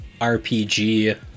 RPG